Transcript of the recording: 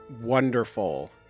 wonderful